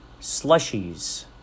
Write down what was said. slushies